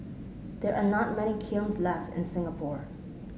there are not many kilns left in Singapore